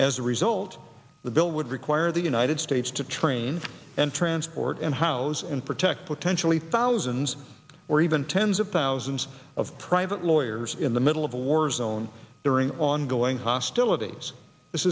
as a result the bill would require the united states to train and transport and house and protect potentially thousands or even tens of thousands of private lawyers in the middle of a war zone during ongoing hostilities this